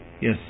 Yes